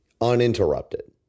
uninterrupted